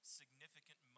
significant